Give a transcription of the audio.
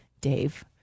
Dave